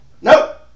Nope